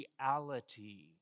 reality